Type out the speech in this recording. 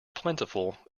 plentiful